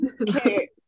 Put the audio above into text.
okay